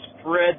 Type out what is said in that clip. spread